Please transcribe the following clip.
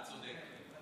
אתה צודק.